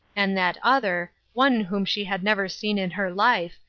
and that other, one whom she had never seen in her life,